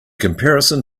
comparison